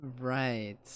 right